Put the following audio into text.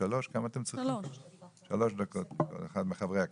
שלוש דקות לכל אחד מחברי הכנסת.